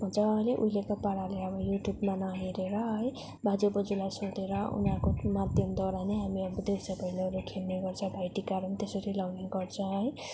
मजाले उहिलेको पाराले अब युट्युबमा नहेरेर है बाजे बोजूलाई सोधेर उनीहरूको माध्यमद्वारा नै अब हामी देउसे भैलोहरू खेल्ने गर्छ भाइ टिकाहरू पनि त्यसरी लगाउने गर्छ है